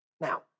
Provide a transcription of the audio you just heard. Now